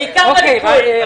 בעיקר בליכוד.